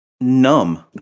numb